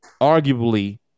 arguably